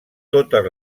totes